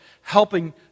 helping